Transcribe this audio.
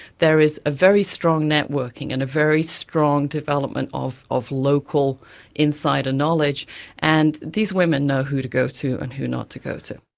there is a very strong networking, and a very strong development of of local insider knowledge and these women know who to go to and who not to go to.